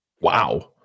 Wow